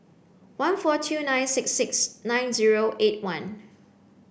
one four two nine six six nine zero eight one